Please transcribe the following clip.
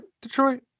detroit